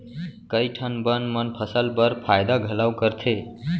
कई ठन बन मन फसल बर फायदा घलौ करथे